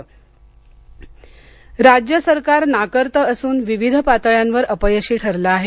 फडणवीस राज्य सरकार नाकर्ते असून विविध पातळ्यांवर अपयशी ठरले आहे